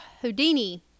Houdini